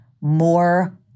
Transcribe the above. more